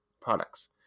products